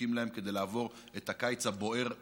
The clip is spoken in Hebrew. זקוקים להם כדי לעבור את הקיץ הבוער הזה,